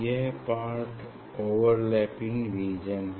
यह part overlapping region है